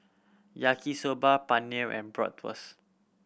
Yaki Soba Paneer and Bratwurst